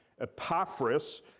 epaphras